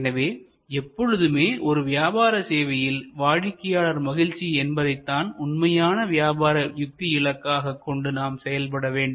எனவே எப்பொழுதுமே ஒரு வியாபார சேவையில் வாடிக்கையாளர் மகிழ்ச்சி என்பதை தான் உண்மையான வியாபார யுக்தி இலக்காகக் கொண்டு நாம் செயல்பட வேண்டும்